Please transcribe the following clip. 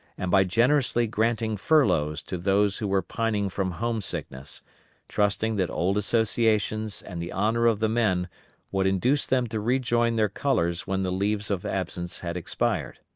and by generously grating furloughs to those who were pining from home sickness trusting that old associations and the honor of the men would induce them to rejoin their colors when the leaves of absence had expired.